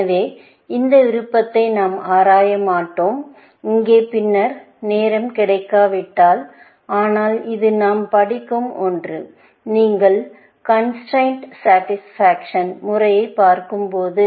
எனவே இந்த விருப்பத்தை நாம் ஆராய மாட்டோம் இங்கே பின்னர் நேரம் கிடைக்காவிட்டால் ஆனால் இது நாம் படிக்கும் ஒன்று நீங்கள் கன்ஸ்டிரைன் சாடிஸ்பாக்க்ஷன் முறையைப் பார்க்கும்போது